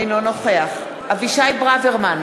אינו נוכח אבישי ברוורמן,